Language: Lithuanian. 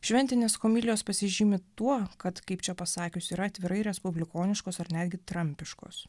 šventinės komilijos pasižymi tuo kad kaip čia pasakius yra atvirai respublikoniškos ar netgi trampiškos